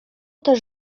też